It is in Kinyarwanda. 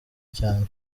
cyane